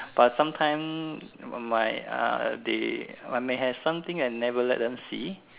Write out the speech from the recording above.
but sometime my uh I they I may have something I never let them see